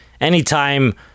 anytime